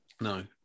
No